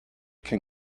can